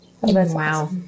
Wow